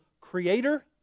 creator